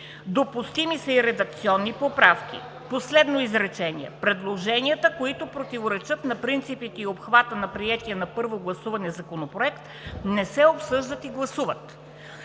Допустими са и редакционни поправки“. Последно изречение: „Предложенията, които противоречат на принципите и обхвата на приетия на първо гласуване Законопроект, не се обсъждат и гласуват“.